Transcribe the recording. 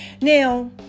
Now